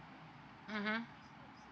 mmhmm